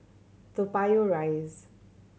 Toa Payoh Rise